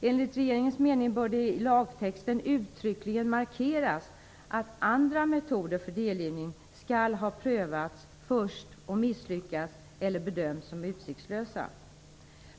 Enligt regeringens mening bör det i lagtexten uttryckligen markeras att andra metoder för delgivning skall ha prövats först och misslyckats eller bedömts som utsiktslösa.